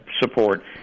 support